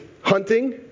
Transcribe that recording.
hunting